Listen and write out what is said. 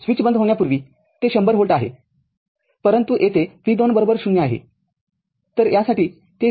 switch बंद होण्यापूर्वी ते १०० व्होल्ट आहेपरंतु येथे v२० आहे